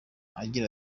agira